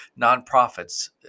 nonprofits